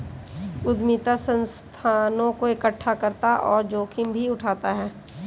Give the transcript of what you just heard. उद्यमिता संसाधनों को एकठ्ठा करता और जोखिम भी उठाता है